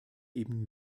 eben